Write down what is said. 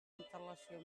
antelació